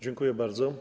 Dziękuję bardzo.